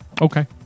Okay